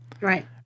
right